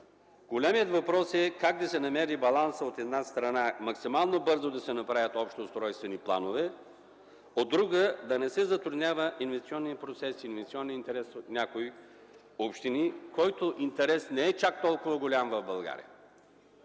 Големият въпрос е: как да се намери балансът, от една страна – максимално бързо да се направят общоустройствени планове, от друга – да не се затруднява инвестиционният процес, инвестиционният интерес на някои общини, който интерес в България не е чак толкова голям? На